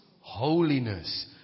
holiness